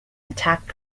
attack